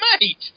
mate